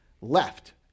left